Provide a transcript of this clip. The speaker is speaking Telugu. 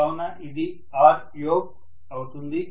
కావున ఇది Ryokeఅవుతుంది